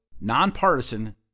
nonpartisan